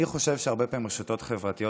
אני חושב שהרבה פעמים רשתות חברתיות